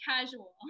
casual